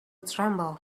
tremble